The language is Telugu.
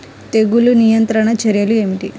తెగులు నియంత్రణ చర్యలు ఏమిటి?